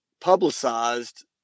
publicized